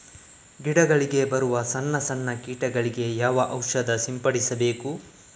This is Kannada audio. ಗಿಡಗಳಿಗೆ ಬರುವ ಸಣ್ಣ ಸಣ್ಣ ಕೀಟಗಳಿಗೆ ಯಾವ ಔಷಧ ಸಿಂಪಡಿಸಬೇಕು?